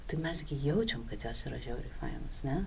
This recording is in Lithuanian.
tai mes gi jaučiam kad jos yra žiauriai fainos ne